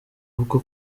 bwo